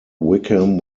wickham